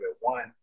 one